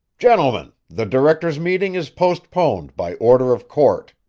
gentlemen, the directors' meeting is postponed, by order of court.